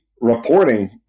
reporting